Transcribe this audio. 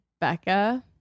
Becca